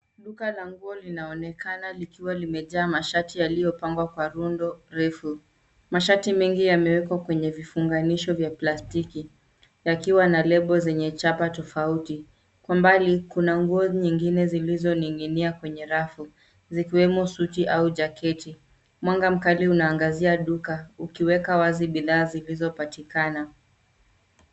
Duka la nguo linaonekana likiwa limejaa mashati yaliyopangwa kwa rundo refu, mashati mengi yamewekwa kwenye vifunganisho vya plastiki yakiwa na lebo zenye chapa tofauti , kwa mbali kuna nguo nyingine zilizo ning'inia kwenye rafu zikiwemo suti au jaketi , Mwanga mkali unaangazia duka ukiweka wazi bidhaa zilizo patikana.